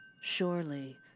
surely